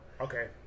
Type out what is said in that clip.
Okay